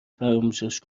فراموشش